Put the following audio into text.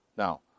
Now